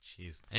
Jeez